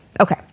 Okay